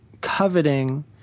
coveting